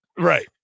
Right